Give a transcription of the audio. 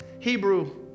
hebrew